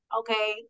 okay